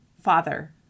Father